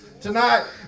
tonight